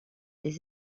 des